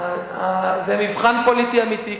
אתה יכול, בכל שלב, זה מבחן פוליטי אמיתי.